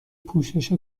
پوشش